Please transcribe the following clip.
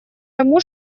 тому